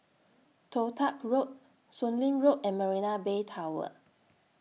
Toh Tuck Road Soon Lee Road and Marina Bay Tower